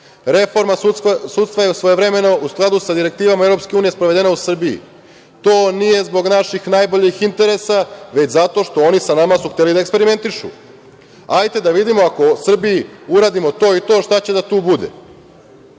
sudstva je svojevremeno, u skladu sa direktivama EU, sprovedena u Srbiji. To nije zbog naših najboljih interesa, već zato što su oni sa nama hteli da eksperimentišu - hajde da vidimo, ako Srbiji uradimo to i to, šta će tu da bude.